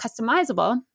customizable